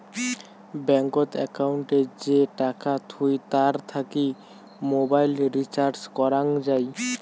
ব্যাঙ্কত একউন্টে যে টাকা থুই তার থাকি মোবাইল রিচার্জ করং যাই